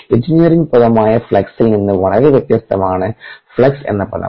engineering പദമായ ഫ്ലക്സിൽ നിന്ന് വളരെ വ്യത്യസ്തമാണ് ഫ്ലക്സ് എന്ന പദം